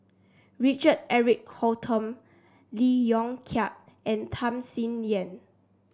Richard Eric Holttum Lee Yong Kiat and Tham Sien Yen